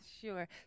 Sure